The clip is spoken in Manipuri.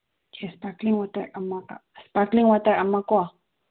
ꯏꯁꯄꯥꯀꯤꯡ ꯋꯥꯇꯔ ꯑꯃꯒ ꯏꯁꯄꯥꯀ꯭ꯂꯤꯡ ꯋꯥꯇꯔ ꯑꯃ ꯀꯣ